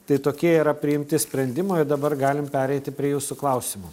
tai tokie yra priimti sprendimai dabar galim pereiti prie jūsų klausimų